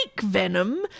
venom